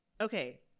Okay